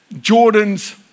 Jordan's